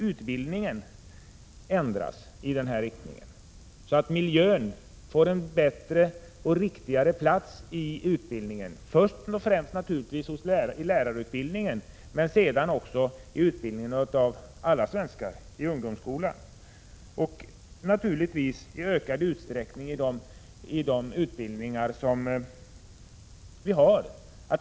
Utbildningen måste ändras i denna riktning, så att miljön får en bättre och riktigare plats i utbildningen, först och främst i lärarutbildningen men också i utbildningen av alla svenskar, i ungdomsskolan, samt naturligtvis i ökad utsträckning i all utbildning som vi har.